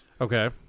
Okay